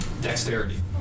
Dexterity